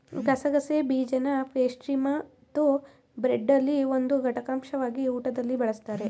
ಗಸಗಸೆ ಬೀಜನಪೇಸ್ಟ್ರಿಮತ್ತುಬ್ರೆಡ್ನಲ್ಲಿ ಒಂದು ಘಟಕಾಂಶವಾಗಿ ಊಟದಲ್ಲಿ ಬಳಸ್ತಾರೆ